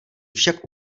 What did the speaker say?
však